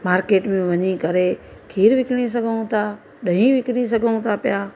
market में वञी करे खीर विकणी सघूं था ॾही विकिणी सघूं था पिया